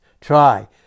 Try